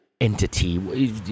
entity